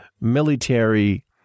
military